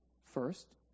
First